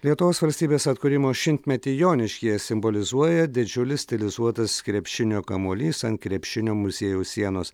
lietuvos valstybės atkūrimo šimtmetį joniškyje simbolizuoja didžiulis stilizuotas krepšinio kamuolys ant krepšinio muziejaus sienos